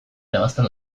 irabazten